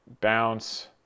bounce